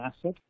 asset